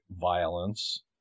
violence